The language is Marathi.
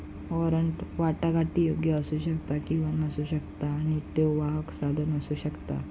वॉरंट वाटाघाटीयोग्य असू शकता किंवा नसू शकता आणि त्यो वाहक साधन असू शकता